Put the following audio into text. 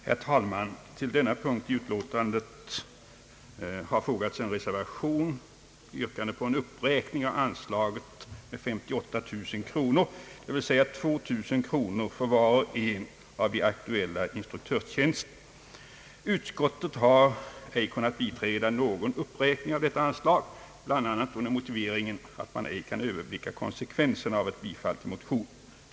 Herr talman! Till denna punkt i utlåtandet har fogats en reservation, yrkande på en uppräkning av anslaget med 58 000 kronor, dvs. 2000 kronor för var och en av de aktuella instruktörstjänsterna. Utskottet har ej kunnat biträda någon uppräkning av detta anslag, bl.a. under motiveringen att man ej kan överblicka konsekvenserna av ett bifall till motionsyrkandena. Herr talman!